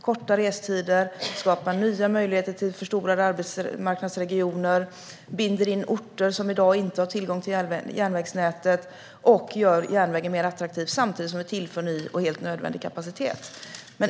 Korta restider skapar nya möjligheter till förstorade arbetsmarknadsregioner, och vi binder in orter som i dag inte har tillgång till järnvägsnätet och gör järnvägen mer attraktiv samtidigt som vi tillför ny och helt nödvändig kapacitet.